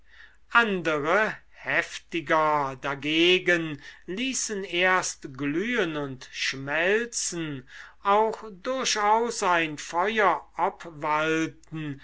andere heftiger dagegen ließen erst glühen und schmelzen auch durchaus ein